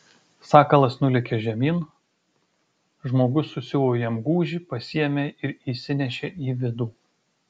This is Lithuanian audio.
sakalas nulėkė žemyn žmogus susiuvo jam gūžį pasiėmė ir įsinešė į vidų